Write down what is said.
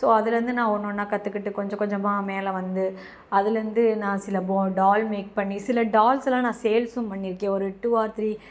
so அதுலேயிருந்து நான் ஒன்று ஒன்றா கற்றுக்கிட்டு கொஞ்சம் கொஞ்சமாக மேலே வந்து அதுலேயிருந்து என்ன சில பொ டால் மேக் பண்ணி சில டால்ஸ்ஸெல்லாம் சேல்ஸ்ஸும் பண்ணியிருக்கேன் ஒரு டூ ஆர் த்ரீ